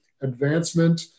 advancement